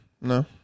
No